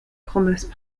commerce